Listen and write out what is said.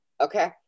Okay